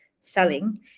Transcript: selling